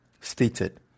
stated